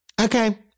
Okay